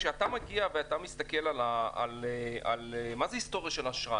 מה זה היסטוריה של אשראי?